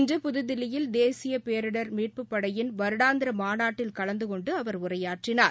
இன்று புதுதில்லியில் தேசிய பேரிடர் மீட்புப் படையின் வருடாந்திர மாநாட்டில் கலந்துகொண்டு அவர் உரையாற்றினார்